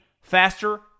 faster